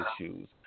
issues